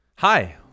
Hi